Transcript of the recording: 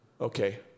Okay